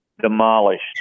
demolished